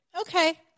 okay